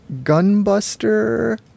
Gunbuster